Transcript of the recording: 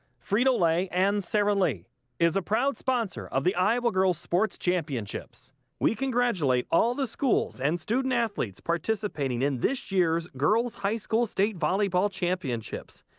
frito-lay and sara lee is a proud sponsor of the iowa girls sports championships we congratulate all of the schools and student athletes participating in this year's girls high school state volleyball championships.